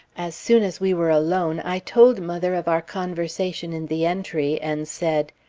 as soon as we were alone, i told mother of our conversation in the entry, and said,